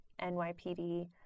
NYPD